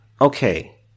Okay